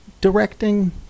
directing